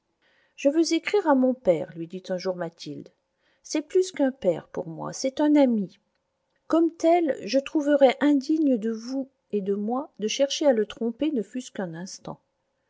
je veux écrire à mon père lui dit un jour mathilde c'est plus qu'un père pour moi c'est un ami comme tel je trouverais indigne de vous et de moi de chercher à le tromper ne fût-ce qu'un instant